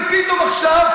ופתאום עכשיו,